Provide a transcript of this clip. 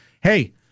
Hey